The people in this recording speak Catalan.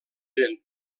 eren